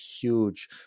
huge